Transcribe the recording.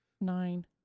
nine